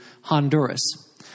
Honduras